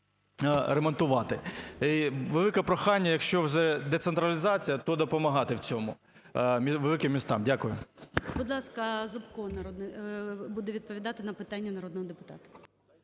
ремонтувати. Велике прохання, якщо вже децентралізація, то допомагати в цьому великим містам. Дякую. ГОЛОВУЮЧИЙ. Будь ласка, Зубко буде відповідати на питання народного депутата.